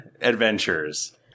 adventures